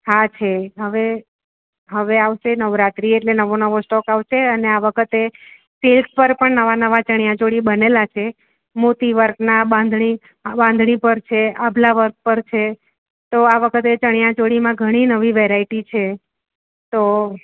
હા છે હવે હવે આવશે નવરાત્રિ એટલે નવો નવો સ્ટોક આવશે અને આ વખતે સેલ્સ પર પણ નવાં નવાં ચણિયાચોળી બનેલાં છે મોતી વર્કનાં બાંધણી આ બાંધણી પર છે અભલા વર્ક પર છે તો આ વખતે ચણિયા ચોળીમાં ઘણી નવી વેરાયટી છે તો